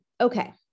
okay